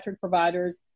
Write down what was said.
providers